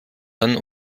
dann